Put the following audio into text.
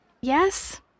Yes